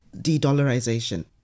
de-dollarization